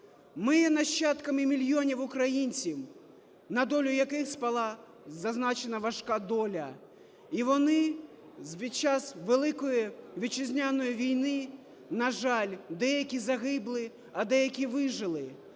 Ми є нащадками мільйонів українців, на долю яких спала зазначена важка доля, і вони під час Великої Вітчизняної війни, на жаль, деякі загиблі, а деякі вижили.